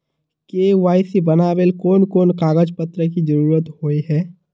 KYC बनावेल कोन कोन कागज पत्र की जरूरत होय है?